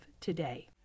today